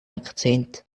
akzent